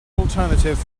alternative